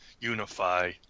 unify